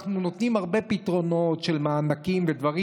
אנחנו נותנים הרבה פתרונות של מענקים ודברים,